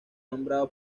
nombrado